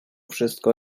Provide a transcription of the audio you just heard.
wszystko